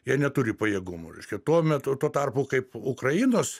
jie neturi pajėgumų reiškia tuo metu tuo tarpu kaip ukrainos